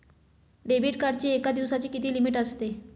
Debit कार्डची एका दिवसाची किती लिमिट असते?